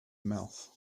mouth